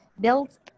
build